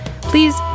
Please